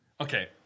Okay